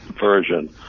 version